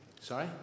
Sorry